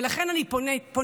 ולכן אני פונה,